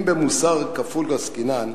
אם במוסר כפול עסקינן,